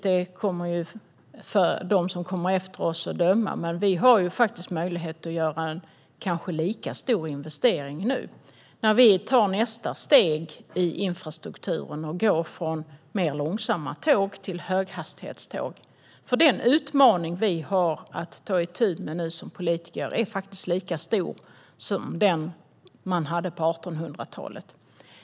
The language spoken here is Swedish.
De som kommer efter oss får döma, men nu har vi möjlighet att göra en kanske lika stor investering när vi tar nästa steg i infrastrukturen och går från mer långsamma tåg till höghastighetståg. Den utmaning vi politiker har att ta itu med är faktiskt lika stor som den man hade på 1800-talet.